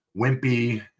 wimpy